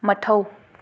ꯃꯊꯧ